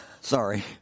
sorry